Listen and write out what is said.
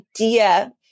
idea